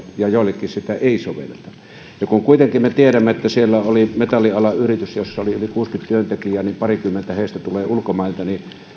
ja joihinkin sitä ei sovelleta kuitenkin me tiedämme että siellä on metallialan yritys jossa on yli kuusikymmentä työntekijää ja parikymmentä heistä tulee ulkomailta